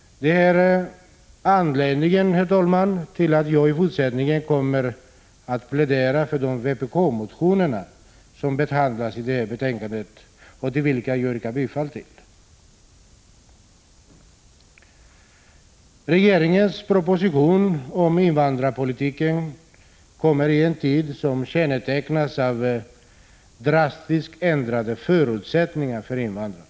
Detta är anledningen, herr talman, till att jag i fortsättningen kommer att plädera för de vpk-motioner som behandlas i betänkandet och till vilka jag yrkar bifall. Regeringens proposition om invandrarpolitiken kommer i en tid som kännetecknas av drastiskt ändrade förutsättningar för invandrarna.